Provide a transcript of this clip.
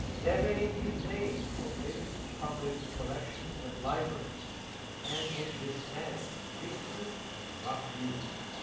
they were indeed made for big, public collections and libraries and would withstand frequent and rough use.